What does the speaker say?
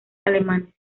alemanes